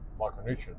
micronutrients